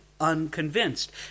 unconvinced